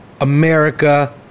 America